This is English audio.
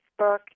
Facebook